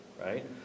right